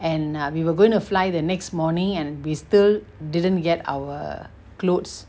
and err we were going to fly the next morning and we still didn't get our clothes